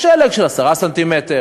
לשלג של 10 סנטימטר,